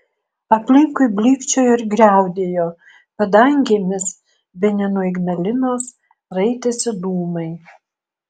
aplinkui blykčiojo ir griaudėjo padangėmis bene nuo ignalinos raitėsi dūmai